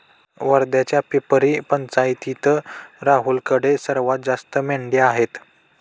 वर्ध्याच्या पिपरी पंचायतीत राहुलकडे सर्वात जास्त मेंढ्या आहेत